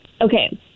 Okay